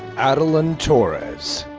adaline torres.